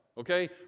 Okay